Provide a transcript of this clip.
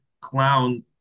clown